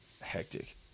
Hectic